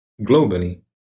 globally